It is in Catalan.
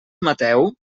mateu